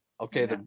Okay